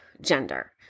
gender